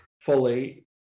fully